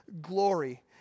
glory